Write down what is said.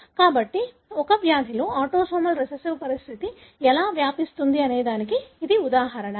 కాబట్టి ఒక వ్యాధిలో ఆటోసోమల్ రిసెసివ్ పరిస్థితి ఎలా వ్యాపిస్తుంది అనేదానికి ఇది ఉదాహరణ